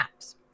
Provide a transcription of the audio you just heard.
apps